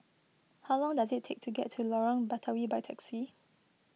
how long does it take to get to Lorong Batawi by taxi